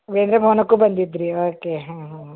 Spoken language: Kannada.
ವೇದ ಭವನಕ್ಕೂ ಬಂದಿದ್ದಿರಿ ಓಕೆ ಹಾಂ ಹಾಂ ಹಾಂ